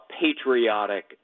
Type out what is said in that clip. patriotic